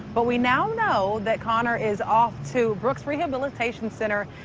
but we now know that connor is off to brooks rehabilitation center,